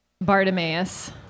Bartimaeus